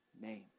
name